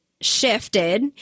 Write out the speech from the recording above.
shifted